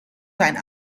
zijn